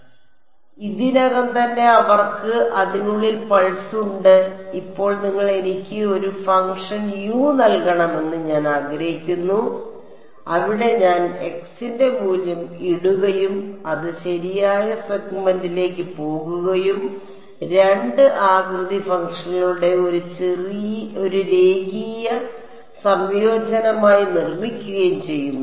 അതിനാൽ ഇതിനകം തന്നെ അവർക്ക് അതിനുള്ളിൽ പൾസ് ഉണ്ട് ഇപ്പോൾ നിങ്ങൾ എനിക്ക് ഒരു ഫംഗ്ഷൻ യു നൽകണമെന്ന് ഞാൻ ആഗ്രഹിക്കുന്നു അവിടെ ഞാൻ x ന്റെ മൂല്യം ഇടുകയും അത് ശരിയായ സെഗ്മെന്റിലേക്ക് പോകുകയും 2 ആകൃതി ഫംഗ്ഷനുകളുടെ ഒരു രേഖീയ സംയോജനമായി നിർമ്മിക്കുകയും ചെയ്യുന്നു